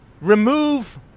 remove